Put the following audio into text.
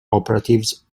operatives